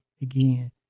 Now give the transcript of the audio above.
again